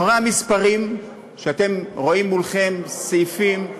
המספרים שאתם רואים מולכם, סעיפים,